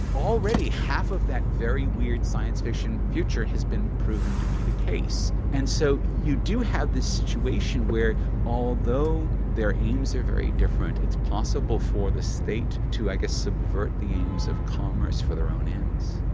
already half of that very weird science-fiction future has been proven to be the case. and so you do have this situation where although their aims are very different, it's possible for the state to like ah subvert the aims of commerce for their own ends.